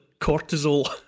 cortisol